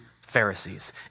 Pharisees